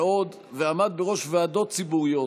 ועמד בראש ועדות ציבוריות,